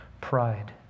pride